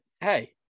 hey